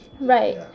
Right